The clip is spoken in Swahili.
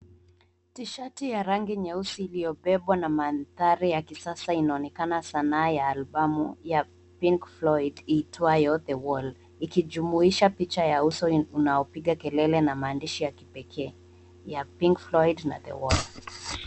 Tishati ya rangi nyeusi iliyobebwa na mandhari ya kisasa inaonekana sanaa ya albamu ya pink floyd iitwayo the world ikijumuisha picha ya uso unaopiga kelele na maandishi ya kipekee ya pink floyd na the world .